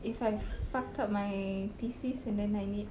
if I fucked up my thesis and then I need